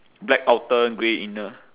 black outer grey inner